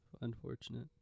Unfortunate